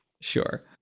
sure